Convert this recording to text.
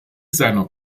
seiner